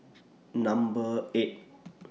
Number eight